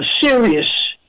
serious